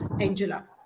Angela